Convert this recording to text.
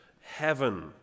heaven